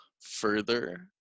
further